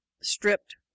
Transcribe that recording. stripped